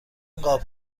قاب